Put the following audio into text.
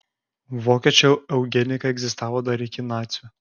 vokiečių eugenika egzistavo dar iki nacių